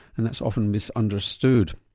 and that's often misunderstood.